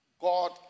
God